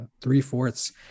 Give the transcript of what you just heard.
three-fourths